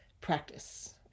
practice